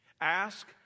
Ask